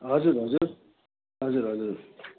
हजुर हजुर हजुर हजुर